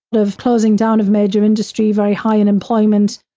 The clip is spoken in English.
of closing down of major industry, very high unemployment,